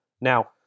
Now